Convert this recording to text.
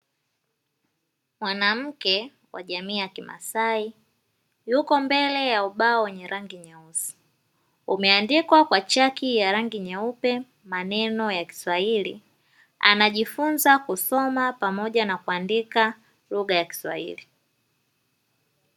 Mwanamke wa jamii ya kimasai yuko mbele ya ubao wenye rangi nyeusi, umeandikwa Kwa chaki ya rangi nyeupe maneno ya kiswahili, anajifunza kusoma pamoja na kuandika maneno ya kiswahili.